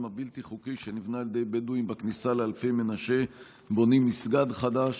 הבלתי-חוקי שנבנה על ידי בדואים בכניסה לאלפי מנשה בונים מסגד חדש.